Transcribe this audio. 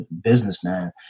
businessman